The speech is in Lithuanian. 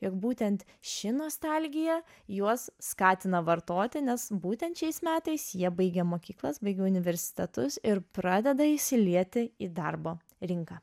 jog būtent ši nostalgija juos skatina vartoti nes būtent šiais metais jie baigė mokyklas baigė universitetus ir pradeda įsilieti į darbo rinką